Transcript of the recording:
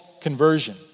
conversion